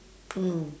mm